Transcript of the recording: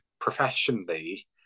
professionally